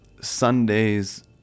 Sundays